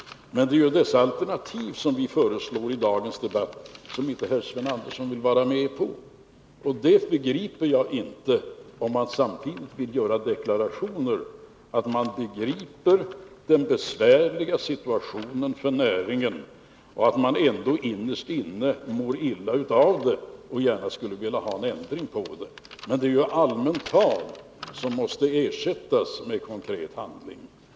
Men det är ju dessa alternativ som vi föreslår i dagens debatt och som herr Sven Andersson inte vill vara med om. Och det begriper jag inte — om man samtidigt vill göra deklarationer om att man förstår den besvärliga situationen för näringen och ändå innerst inne mår illa av det och gärna skulle vilja ha en ändring. Men detta är ju allmänt tal, som måste ersättas med konkret handling.